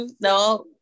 no